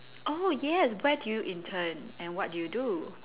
oh yes where do you intern and what do you do